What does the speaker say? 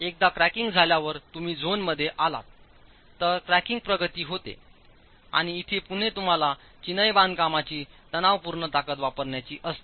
एकदा क्रॅकिंग झाल्यावर तुम्ही झोन 2 मध्ये आलात तर क्रॅकिंग प्रगती होते आणि इथे पुन्हा तुम्हाला चिनाई बांधकामांची तणावपूर्ण ताकद वापरायची असते